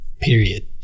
Period